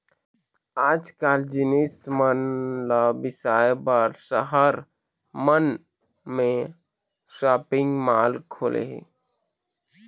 आजकाल जिनिस मन ल बिसाए बर सहर मन म सॉपिंग माल खुले हे